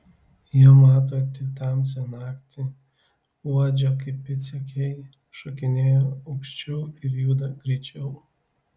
jie mato tik tamsią naktį uodžia kaip pėdsekiai šokinėja aukščiau ir juda greičiau